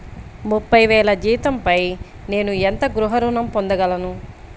ముప్పై వేల జీతంపై నేను ఎంత గృహ ఋణం పొందగలను?